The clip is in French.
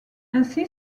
ainsi